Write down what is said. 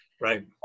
Right